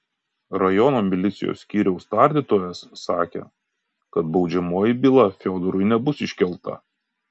rajono milicijos skyriaus tardytojas sakė kad baudžiamoji byla fiodorui nebus iškelta